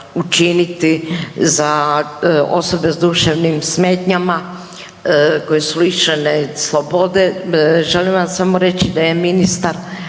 učiniti za osobe s duševnim smetnjama koje su lišene slobode, želim vam samo reći da je ministar